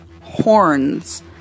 horns